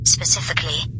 Specifically